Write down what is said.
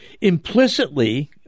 implicitly